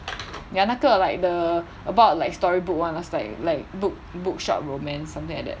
ya 那个 like the about like storybook [one] last like like book bookshop romance something like that